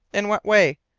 in what way?